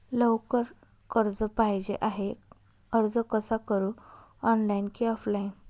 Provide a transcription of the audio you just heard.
लवकर कर्ज पाहिजे आहे अर्ज कसा करु ऑनलाइन कि ऑफलाइन?